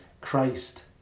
Christ